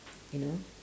you know